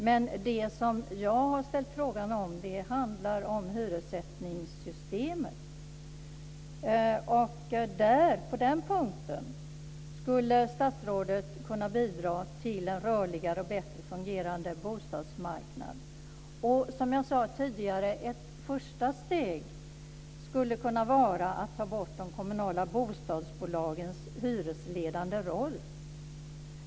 Men det jag har frågat om handlar om hyressättningssystemet. På den punkten skulle statsrådet kunna bidra till en rörligare och bättre fungerande bostadsmarknad. Som jag sade tidigare skulle ett första steg kunna vara att ta bort de kommunala bostadsbolagens hyresledande roll.